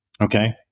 okay